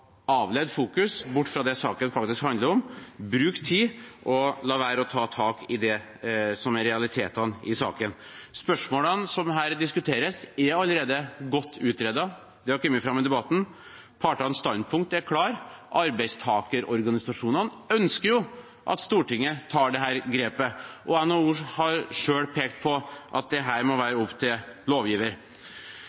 være å ta tak i det som er realitetene i saken. Spørsmålene som her diskuteres, er allerede godt utredet. Det har kommet fram i debatten. Partenes standpunkt er klart. Arbeidstakerorganisasjonene ønsker jo at Stortinget tar dette grepet. NHO har selv pekt på at dette må